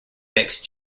mixed